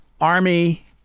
army